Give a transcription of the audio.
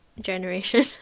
generation